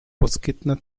poskytne